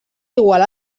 igual